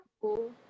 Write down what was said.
cool